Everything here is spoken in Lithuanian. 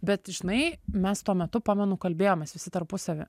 bet žinai mes tuo metu pamenu kalbėjomės visi tarpusavy